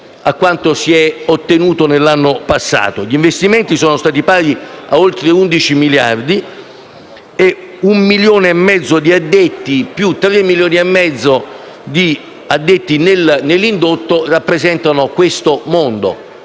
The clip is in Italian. a quanto si è ottenuto nell'anno passato. Gli investimenti sono stati pari a oltre 11 miliardi e 1,5 milioni di addetti; più 3,5 milioni di addetti nell'indotto rappresentano questo mondo.